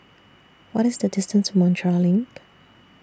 What IS The distance to Montreal LINK